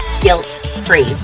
guilt-free